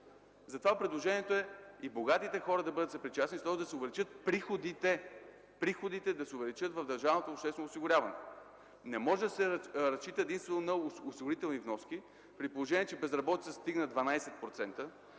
Затова предложението е и богатите хора да бъдат съпричастни. Тоест да се увеличат приходите в Държавното обществено осигуряване. Не може да се разчита единствено на осигурителни вноски, при положение че безработицата стигна 12%,